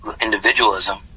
individualism